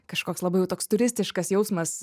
kažkoks labai jau toks turistiškas jausmas